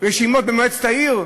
רשימות במועצת העיר?